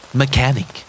mechanic